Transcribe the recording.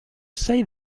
say